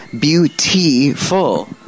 beautiful